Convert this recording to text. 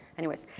anyways.